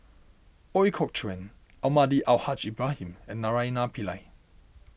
Ooi Kok Chuen Almahdi Al Haj Ibrahim and Naraina Pillai